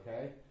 okay